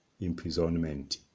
imprisonment